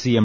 C M